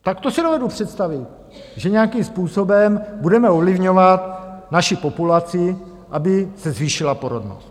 Tak to si dovedu představit, že nějakým způsobem budeme ovlivňovat naši populaci, aby se zvýšila porodnost.